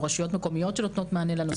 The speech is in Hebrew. או רשויות מקומיות שנותנות מענה לנושא הזה?